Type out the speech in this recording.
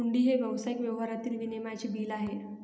हुंडी हे व्यावसायिक व्यवहारातील विनिमयाचे बिल आहे